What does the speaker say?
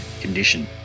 Condition